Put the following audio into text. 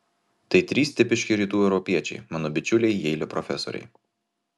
tai trys tipiški rytų europiečiai mano bičiuliai jeilio profesoriai